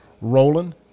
rolling